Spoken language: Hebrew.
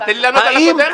אבל תן לי לענות על הקודמת.